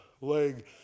leg